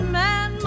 man